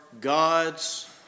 God's